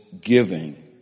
giving